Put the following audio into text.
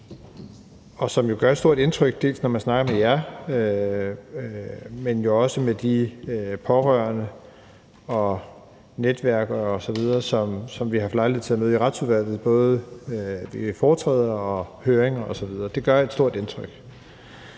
gør jo et stort indtryk, når man snakker med jer, men også med de pårørende og de netværk osv., som vi har haft lejlighed til at møde i Retsudvalget ved foretræde, høringer osv. Det gør et stort indtryk.